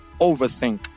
overthink